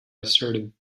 asserted